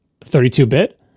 32-bit